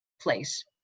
place